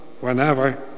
whenever